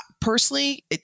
personally